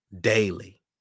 daily